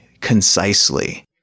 concisely